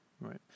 Right